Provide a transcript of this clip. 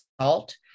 salt